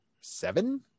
seven